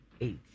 eight